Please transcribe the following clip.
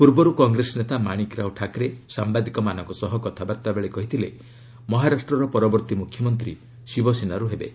ପୂର୍ବରୁ କଂଗ୍ରେସ ନେତା ମାଶିକରାଓ ଠାକରେ ସାମ୍ବାଦିକମାନଙ୍କ ସହ କଥାବାର୍ତ୍ତା ବେଳେ କହିଥିଲେ ମହାରାଷ୍ଟ୍ରର ପରବର୍ତ୍ତୀ ମୁଖ୍ୟମନ୍ତ୍ରୀ ଶିବସେନାରୁ ହେବେ